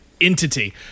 entity